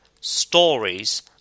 Stories